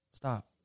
Stop